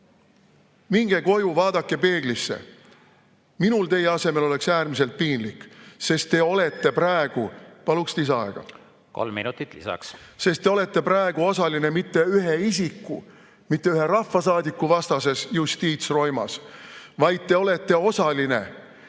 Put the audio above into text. minge koju, vaadake peeglisse! Minul teie asemel oleks äärmiselt piinlik, sest te olete praegu … Paluks lisaaega. Kolm minutit lisaks. … osaline mitte ühe isiku, mitte [ainult] ühe rahvasaadiku vastases justiitsroimas, vaid te olete osaline